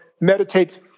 meditate